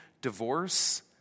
divorce